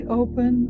open